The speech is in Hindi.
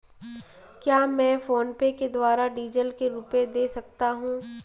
क्या मैं फोनपे के द्वारा डीज़ल के रुपए दे सकता हूं?